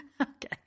Okay